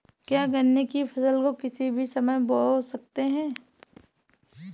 क्या गन्ने की फसल को किसी भी समय बो सकते हैं?